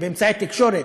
באמצעי התקשורת,